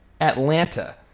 Atlanta